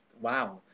Wow